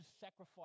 sacrifice